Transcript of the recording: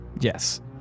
Yes